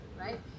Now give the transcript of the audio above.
right